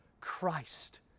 Christ